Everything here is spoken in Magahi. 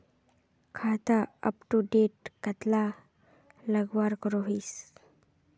खाता अपटूडेट कतला लगवार करोहीस?